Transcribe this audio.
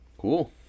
Cool